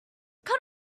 cut